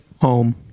Home